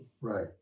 right